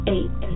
Eight